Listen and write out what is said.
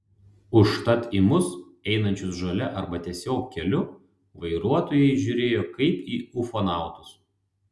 užtat į mus einančius žole arba tiesiog keliu vairuotojai žiūrėjo kaip į ufonautus